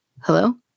hello